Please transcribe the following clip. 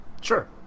Sure